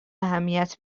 اهمیت